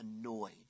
annoyed